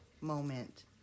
moment